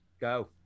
Go